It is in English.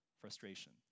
Frustration